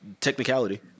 technicality